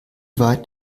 weit